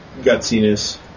gutsiness